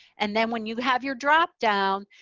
and then when you have your drop down,